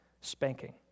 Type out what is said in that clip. spanking